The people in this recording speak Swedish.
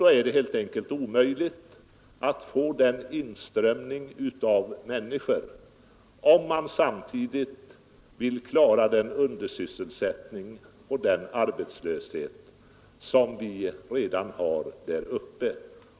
Det är helt enkelt omöjligt att få den tillströmningen av människor, om man samtidigt vill klara den undersysselsättning och den arbetslöshet som redan finns där uppe.